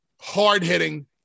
Hard-hitting